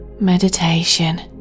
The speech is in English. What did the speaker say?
Meditation